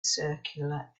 circular